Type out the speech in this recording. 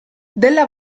della